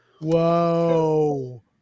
whoa